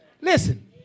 Listen